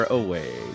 away